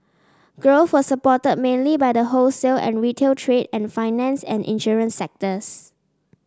growth was supported mainly by the wholesale and retail trade and finance and insurance sectors